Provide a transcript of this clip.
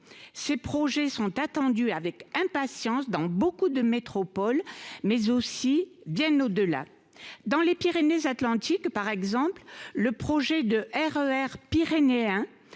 Ces projets sont attendus avec impatience dans beaucoup de métropoles mais aussi bien au delà dans les Pyrénées Atlantiques, par exemple le projet de E R pyrénéen